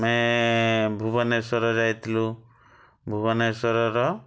ଆମେ ଭୁବନେଶ୍ୱର ଯାଇଥିଲୁ ଭୁବନେଶ୍ୱରର